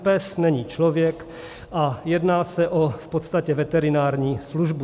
Pes není člověk a jedná se o v podstatě veterinární službu.